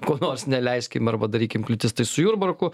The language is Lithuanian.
ko nors neleiskim arba darykim kliūtis tai su jurbarku